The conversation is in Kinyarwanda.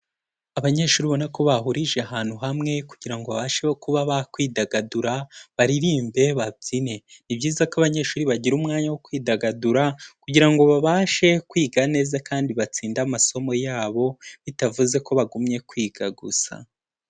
Abanyeshuri ubona ko bahurije ahantu hamwe kugira ngo abashe kuba bakwidagadura, baririmbe babyine, ni byiza ko abanyeshuri bagira umwanya wo kwidagadura kugira ngo babashe kwiga neza kandi batsinde amasomo yabo, bitavuze ko bagumye kwiga gusa.